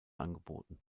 angeboten